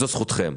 זאת זכותכם.